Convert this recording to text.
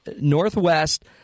Northwest